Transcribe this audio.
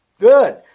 Good